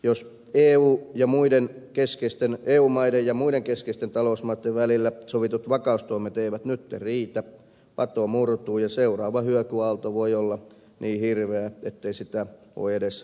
jos eu maiden ja muiden keskeisten talousmaitten välillä sovitut vakaustoimet eivät nyt riitä pato murtuu ja seuraava hyökyaalto voi olla niin hirveä ettei sitä voi edes kuvitella